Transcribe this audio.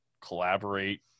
collaborate